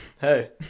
Hey